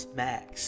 max